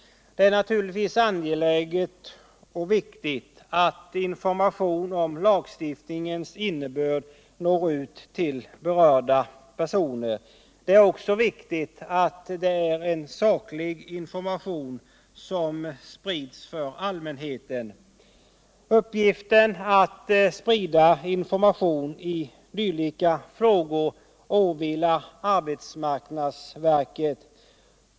Det är naturligtvis angeläget och viktigt att information om lagstiftningens innebörd når ut till berörda personer. Det är också viktigt att det är en saklig information som sprids bland allmänheten. Uppgiften att sprida information i dylika frågor åvilar arbetsmarknadsverket.